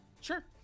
Sure